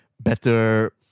better